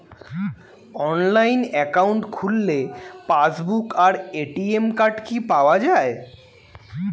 Online account খুললে passbook আর ATM card কি পাওয়া যায়?